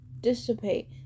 dissipate